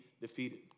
defeated